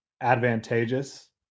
advantageous